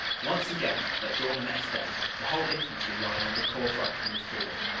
once again, at dawn the next day, the whole infantry line on the corps front moved forward.